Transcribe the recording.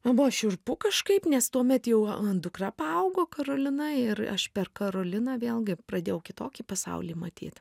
man buvo šiurpu kažkaip nes tuomet jau mano dukra paaugo karolina ir aš per karoliną vėlgi pradėjau kitokį pasaulį matyt